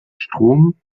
strom